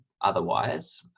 otherwise